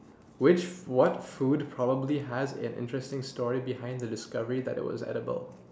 which f~ what food probably has an interesting story behind the discovery that it was edible